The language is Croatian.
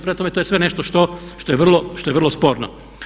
Prema tome to je sve nešto što je vrlo, što je vrlo sporno.